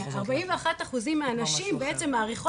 ארבעים ואחת אחוזים מהנשים בעצם מאריכות